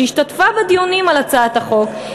שהשתתפה בדיונים על הצעת החוק,